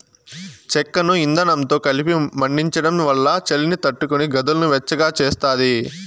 చెక్కను ఇందనంతో కలిపి మండించడం వల్ల చలిని తట్టుకొని గదులను వెచ్చగా చేస్తాది